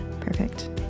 Perfect